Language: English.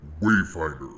Wayfinder